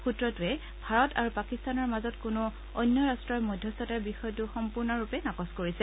সূত্ৰটোৱে ভাৰত আৰু পাকিস্তানৰ মাজত কোনো অন্য ৰাট্টৰ মধ্যস্থতাৰ বিষয়টো সম্পূৰ্ণৰূপে নাকচ কৰিছে